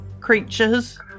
creatures